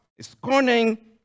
scorning